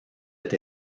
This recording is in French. est